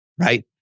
right